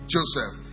Joseph